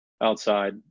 outside